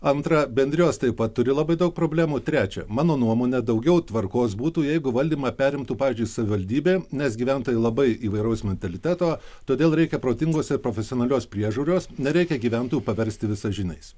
antra bendrijos taip pat turi labai daug problemų trečia mano nuomone daugiau tvarkos būtų jeigu valdymą perimtų pavyzdžiui savivaldybė nes gyventojai labai įvairaus mentaliteto todėl reikia protingos ir profesionalios priežiūros nereikia gyventojų paversti visažiniais